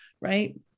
right